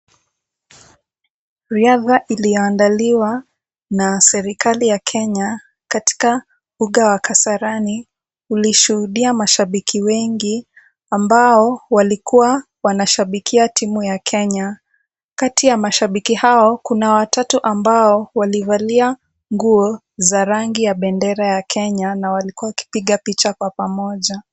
Riadha iliyoandaliwa na serikali ya Kenya katika uga wa Kasarani ulishuhudia mashabiki wengi ambao walikuwa wanashabikia timu ya Kenya. Kati ya mashabiki hao Kuna watatu ambao walivalia nguo za rangi ya bendera ya Kenya na walikuwa wakipiga picha kwa pamoja.